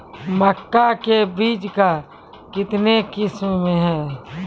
मक्का के बीज का कितने किसमें हैं?